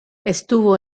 estuvo